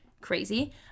Crazy